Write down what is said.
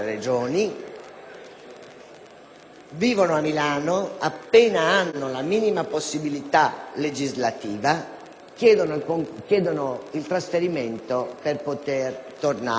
vivere a Milano, appena hanno la minima possibilità legislativa, chiedono il trasferimento per tornare nella